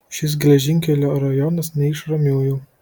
šis geležinkelio rajonas ne iš ramiųjų